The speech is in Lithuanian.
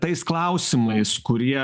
tais klausimais kurie